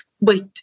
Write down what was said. wait